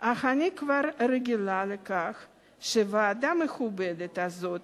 אך אני כבר רגילה לכך שוועדה מכובדת זאת